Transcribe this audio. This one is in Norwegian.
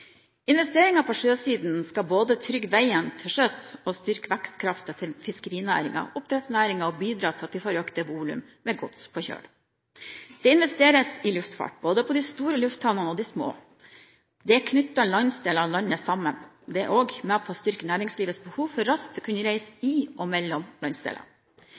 Investeringer på sjøsiden skal både trygge veien til sjøs og styrke vekstkraften til fiskerinæringen og oppdrettsnæringen og bidra til at vi får økte volum med gods på kjøl. Det skal investeres i luftfart, både på de store lufthavnene og på de små. Det knytter landsdeler og landet sammen. Dette er også med på å styrke næringslivets behov for raskt å kunne reise i og mellom landsdeler.